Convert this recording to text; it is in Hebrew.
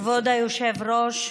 כבוד היושב-ראש,